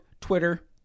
Twitter